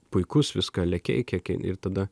puikus viską lėkei kiek ir tada